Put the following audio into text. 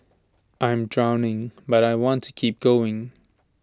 I am drowning but I want to keep going